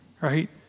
right